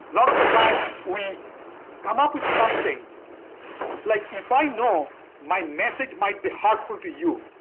lot of the time, we come up with something like if i know my message might be hurtful to you,